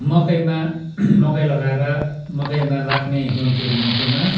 मकैमा मकै लगाएर मकैमा लाग्ने जन्तुहरू मध्येमा